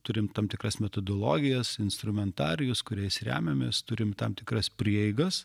turime tam tikras metodologijas instrumentarijus kuriais remiamės turim tam tikras prieigas